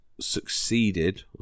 succeeded